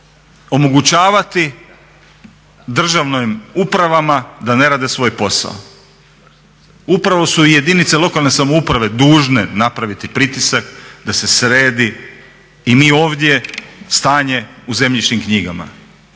omogućavati državnim upravama da ne rade svoj posao. Upravo su jedinice lokalne samouprave dužne napraviti pritisak da se sredi i mi ovdje stanje u zemljišnom knjigama,